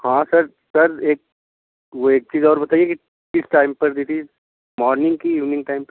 हाँ sir sir एक वो एक चीज़ और बताइए किस टाइम पर दी थी मॉर्निंग की इवनिंग टाइम